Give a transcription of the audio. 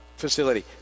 facility